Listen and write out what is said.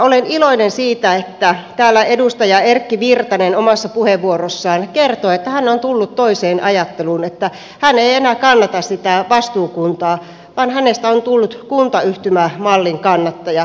olen iloinen siitä että täällä edustaja erkki virtanen omassa puheenvuorossaan kertoi että hän on tullut toiseen ajatteluun että hän ei enää kannata sitä vastuukuntaa vaan hänestä on tullut kuntayhtymämallin kannattaja